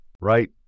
Right